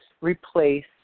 replace